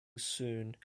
soon